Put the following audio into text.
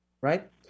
right